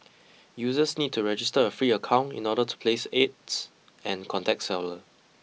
users need to register a free account in order to place ads and contact seller